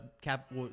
cap